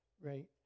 right